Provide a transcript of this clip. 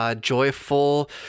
joyful